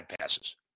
passes